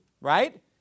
right